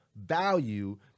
value